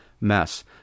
mess